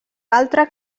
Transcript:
altra